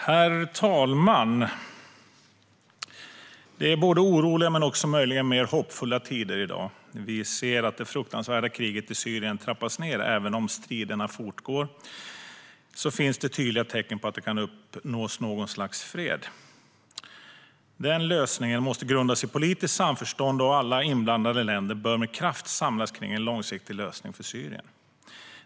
Herr talman! Det är både oroliga men också möjligen mer hoppfulla tider i dag. Vi ser att det fruktansvärda kriget i Syrien trappas ned. Även om striderna fortgår finns det tydliga tecken på att det kan uppnås någon sorts fred. Den lösningen måste grundas i politiskt samförstånd. Alla inblandade länder bör med kraft samlas kring en långsiktig lösning för Syrien.